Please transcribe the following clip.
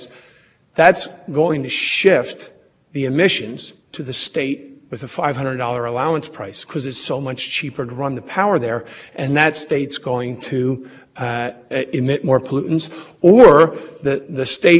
transport rule that the madison receptor would attain with only a one hundred dollar budget rather than a five hundred dollars budget